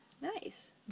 Nice